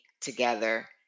together